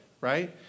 right